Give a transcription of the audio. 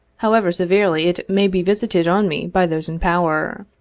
however severely it may be visited on me by those in power.